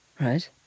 Right